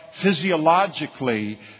physiologically